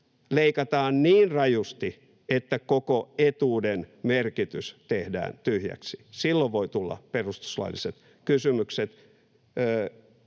leikataan niin rajusti, että koko etuuden merkitys tehdään tyhjäksi. Silloin voivat tulla perustuslailliset kysymykset